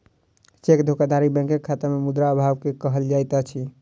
cheque धोखाधड़ी बैंकक खाता में मुद्रा अभाव के कहल जाइत अछि